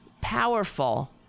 powerful